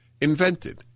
invented